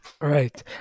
Right